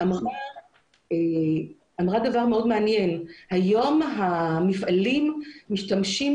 אני אומר דבר מאוד מעניין והוא שהיום המפעלים משתמשים